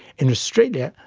in australia,